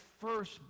first